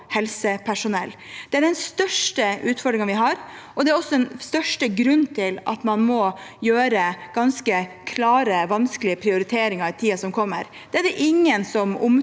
helsepersonell. Det er den største utfordringen vi har, og det er også den største grunnen til at man må gjøre ganske klare og vanskelige prioriteringer i tiden som kommer. Det er det ingen som omtaler